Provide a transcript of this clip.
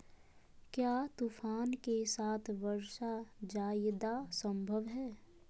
क्या तूफ़ान के साथ वर्षा जायदा संभव है?